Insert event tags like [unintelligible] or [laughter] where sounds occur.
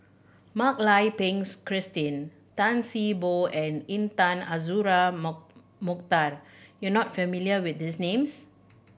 Mak Lai Peng's Christine Tan See Boo and Intan Azura [unintelligible] Mokhtar you are not familiar with these names